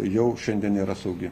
jau šiandien yra saugi